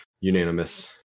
unanimous